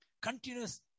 Continuous